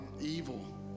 evil